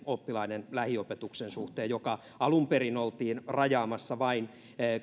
oppilaiden lähiopetuksen suhteen joka alun perin oltiin rajaamassa vain